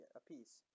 apiece